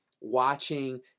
watching